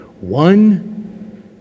One